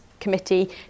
committee